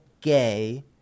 gay